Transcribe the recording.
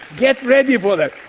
get ready for that.